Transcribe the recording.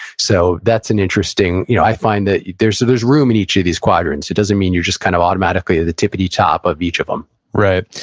so, that's an interesting, you know i find that there's there's room in each of these quadrants. it doesn't mean you're just kind of automatically the tippity top of each of them right.